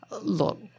Look